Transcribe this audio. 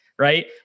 Right